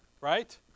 right